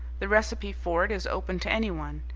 the recipe for it is open to anyone.